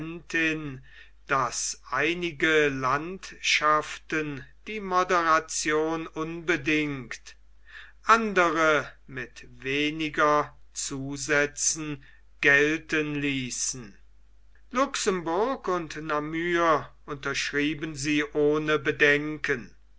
daß einige landschaften die moderation unbedingt andere mit wenigen zusätzen gelten ließen luxemburg und namur unterschrieben sie ohne bedenken